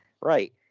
right